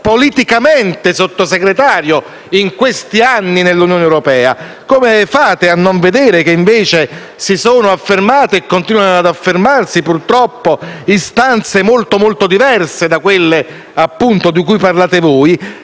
politicamente, Sottosegretario, in questi anni nell'Unione europea. Come fate a non vedere che, invece, si sono affermate e continuano ad affermarsi, purtroppo, istanze molto diverse da quelle di cui parlate voi?